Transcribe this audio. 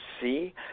see